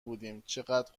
بودیم، چقد